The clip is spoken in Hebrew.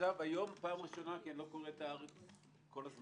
ועכשיו פעם ראשונה כי אני לא קורא הארץ כל הזמן